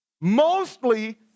Mostly